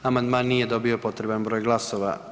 Amandman nije dobio potrebna broj glasova.